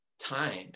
time